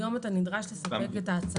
היום אתה נדרש לספק את ההצהרה הזאת.